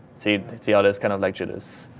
see, see how this kind of like jitters?